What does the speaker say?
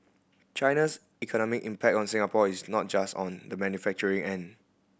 China's economic impact on Singapore is not just on the manufacturing end